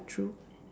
quite true